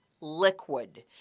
liquid